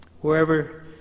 wherever